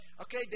Okay